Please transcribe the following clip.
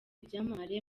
byamamare